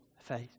faith